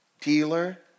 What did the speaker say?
dealer